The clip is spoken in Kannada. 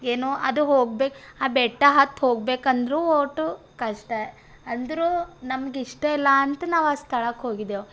ಏನೋ ಅದು ಹೋಗ್ಬೆ ಆ ಬೆಟ್ಟ ಹತ್ತಿ ಹೋಗ್ಬೇಕಂದ್ರು ಒಟ್ಟು ಕಷ್ಟ ಅಂದರೂ ನಮಗಿಷ್ಟ ಇಲ್ಲ ಅಂತ ನಾವು ಆ ಸ್ಥಳಕ್ಕೆ ಹೋಗಿದ್ದೆವು